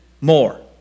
more